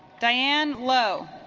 diane low